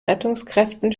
rettungskräften